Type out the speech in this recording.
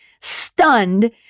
stunned